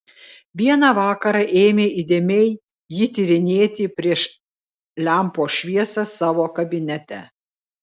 vieną vakarą ėmė įdėmiai jį tyrinėti prieš lempos šviesą savo kabinete